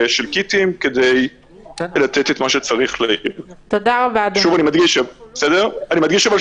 אני צריך להקריא את הכול, אני מדגיש את